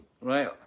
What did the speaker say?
right